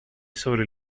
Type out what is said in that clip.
sobre